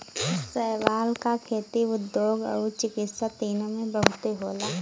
शैवाल क खेती, उद्योग आउर चिकित्सा तीनों में बहुते होला